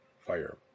fire